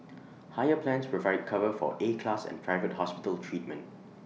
higher plans provide cover for A class and private hospital treatment